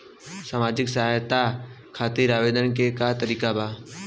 सामाजिक सहायता खातिर आवेदन के का तरीका बा?